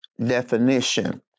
definition